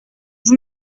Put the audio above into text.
vous